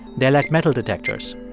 they're like metal detectors